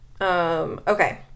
Okay